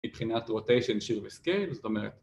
‫מבחינת rotation, shear וscale, זאת אומרת...